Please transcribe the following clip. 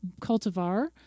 cultivar